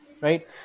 right